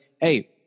Hey